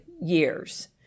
years